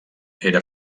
era